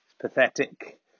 Pathetic